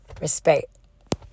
Respect